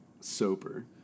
Soper